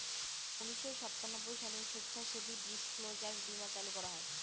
উনিশশো সাতানব্বই সালে স্বেচ্ছাসেবী ডিসক্লোজার বীমা চালু করা হয়